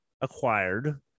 acquired